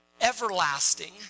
everlasting